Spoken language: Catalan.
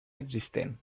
existent